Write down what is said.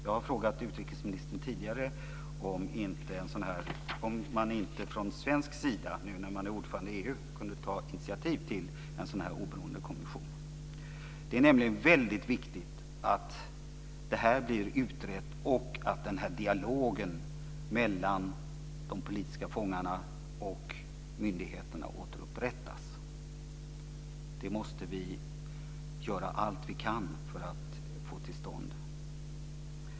Jag har frågat utrikesministern tidigare om man inte från svensk sida, nu när man är ordförande i EU, kunde ta initiativ till en sådan oberoende kommission. Det är väldigt viktigt att detta blir utrett och att dialogen mellan de politiska fångarna och myndigheterna återupprättas. Det måste vi göra allt vi kan för att få till stånd.